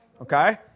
Okay